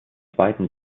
zweiten